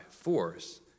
force